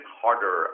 harder